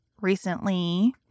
recently